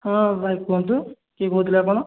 ହଁ ଭାଇ କୁହନ୍ତୁ କିଏ କହୁଥିଲେ ଆପଣ